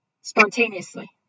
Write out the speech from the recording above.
spontaneously